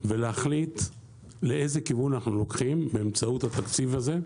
ולהחליט איזה כיוון אנחנו לוקחים באמצעות התקציב הזה,